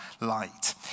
light